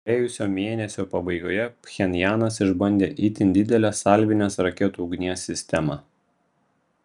praėjusio mėnesio pabaigoje pchenjanas išbandė itin didelę salvinės raketų ugnies sistemą